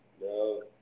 No